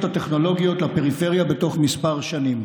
הטכנולוגיות לפריפריה בתוך כמה שנים.